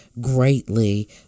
greatly